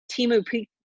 Timu